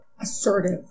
assertive